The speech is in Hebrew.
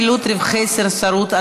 חילוט רווחי סרסרות),